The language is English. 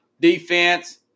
defense